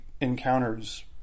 encounters